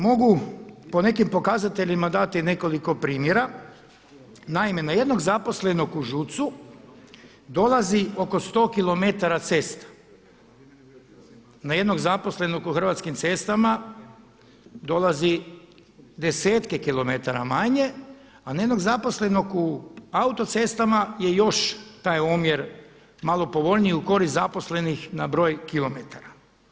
Mogu po nekim pokazateljima dati nekoliko primjera, naime na jednog zaposlenog u ŽUC-u dolazi oko 100km cesta, na jednog zaposlenog u Hrvatskim cestama dolazi desetke kilometara manje, a na jednog zaposlenog u Autocestama je još taj omjer malo povoljniji u korist zaposlenih na broj kilometara.